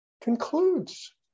concludes